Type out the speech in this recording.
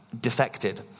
defected